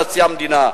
נשיא המדינה.